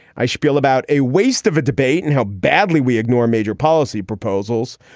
i shpiel about a waste of a debate and how badly we ignore major policy proposals.